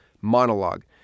Monologue